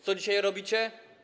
Co dzisiaj robicie?